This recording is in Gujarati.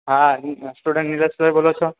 હા હું સ્ટુડન્ટ નીરવ સર બોલો છો